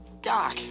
Doc